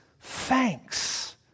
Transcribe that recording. thanks